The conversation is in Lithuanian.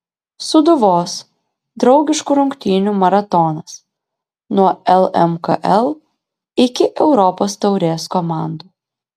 sūduvos draugiškų rungtynių maratonas nuo lmkl iki europos taurės komandų